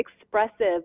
expressive